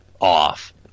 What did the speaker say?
off